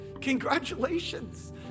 Congratulations